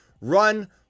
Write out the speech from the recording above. run